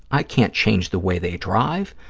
i can't change the way they drive.